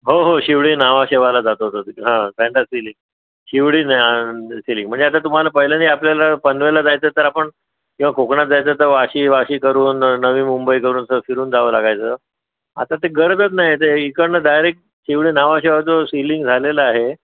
हो हो शिवडी न्हावा शेवाला जातो तो शिवडी ज्ञानांद सिलिंग म्हणजे आता तुम्हाला पहिल्याने आपल्याला पनवेलला जायचं तर आपण किंवा कोकणात जायचं तर वाशी वाशी करून न नवी मुंबई करून फिरून जावं लागायचं आता ते गरजच नाही ते इकडनं डायरेक्ट शिवडी न्हावा शेवा जो सिलिंग झालेलं आहे